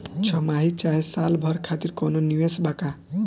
छमाही चाहे साल भर खातिर कौनों निवेश बा का?